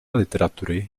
literatury